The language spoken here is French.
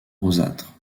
rosâtre